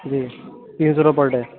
جی تین سو روپیے پر ڈے